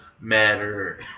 matter